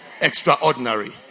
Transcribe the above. extraordinary